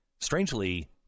strangely